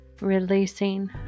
releasing